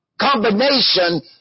combination